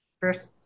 first